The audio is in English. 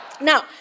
Now